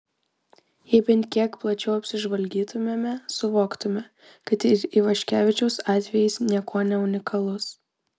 jei bent kiek plačiau apsižvalgytumėme suvoktume kad ir ivaškevičiaus atvejis niekuo neunikalus